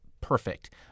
perfect